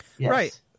right